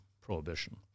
prohibition